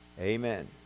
Amen